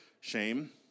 shame